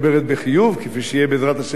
כפי שיהיה בעזרת השם בעוד כמה שנים.